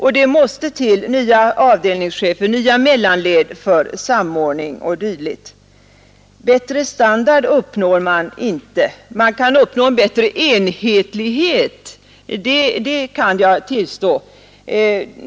Det måste till nya avdelningschefer, nya mellanled för samordning och dylikt. Bättre standard uppnår man inte. Man kan uppnå en bättre enhetlighet, det vill jag tillstå.